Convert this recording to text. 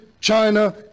China